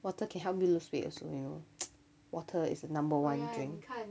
water can help me lose weight also you know water is the number one drink